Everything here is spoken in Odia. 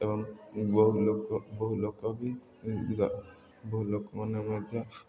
ଏବଂ ବହୁ ଲୋକ ବହୁ ଲୋକ ବି ବହୁ ଲୋକମାନେ ମଧ୍ୟ